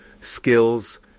skills